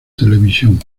televisión